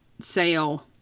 sale